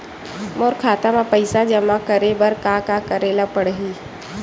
मोर खाता म पईसा जमा करे बर का का करे ल पड़हि?